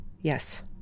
Yes